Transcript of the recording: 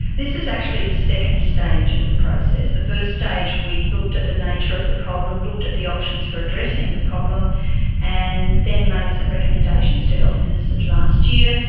this is actually the second stage of the process. the first stage we looked at the nature of the problem, looked at the options for addressing addressing the problem and then made some recommendations to health ministers last year.